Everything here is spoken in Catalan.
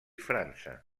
frança